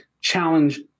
challenge